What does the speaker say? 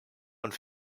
und